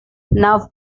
now